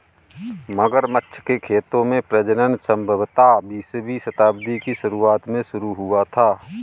मगरमच्छ के खेतों में प्रजनन संभवतः बीसवीं शताब्दी की शुरुआत में शुरू हुआ था